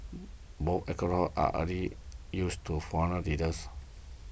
both accolades are hardly used to foreign leaders